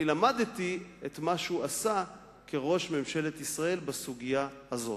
אני למדתי את מה שהוא עשה כראש ממשלת ישראל בסוגיה הזאת.